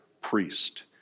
priest